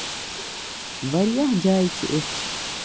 واریاہ جایہِ چھِ یِژھ